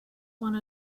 one